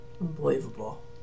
Unbelievable